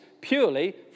purely